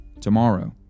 Tomorrow